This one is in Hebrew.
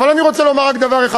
אבל אני רוצה לומר רק דבר אחד.